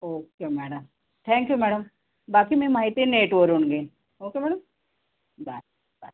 okay madam thank you madam बाकी मी माहिती नेटवरून घेईन ओके मॅडम बाय बाय